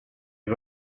you